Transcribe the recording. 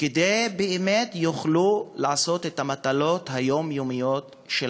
וכדי שבאמת יוכלו לעשות את המטלות היומיומיות שלהם.